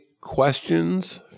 questions